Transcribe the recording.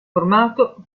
formato